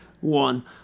One